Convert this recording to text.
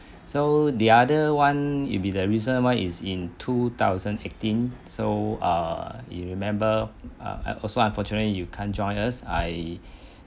so the other one will be the reason why is in two thousand eighteen so err you remember uh I also unfortunately you can't join us I